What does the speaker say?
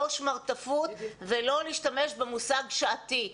לא שמרטפות ולא להשתמש במושג שעתי.